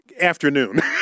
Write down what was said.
afternoon